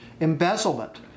Embezzlement